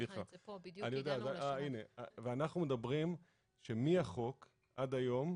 אנחנו מדברים שמהחוק עד היום,